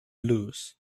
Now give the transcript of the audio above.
blues